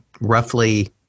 roughly